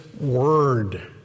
word